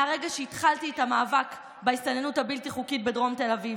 מהרגע שהתחלתי את המאבק בהסתננות הבלתי-חוקית בדרום תל אביב,